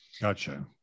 Gotcha